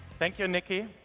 thank you, nicky!